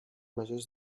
majors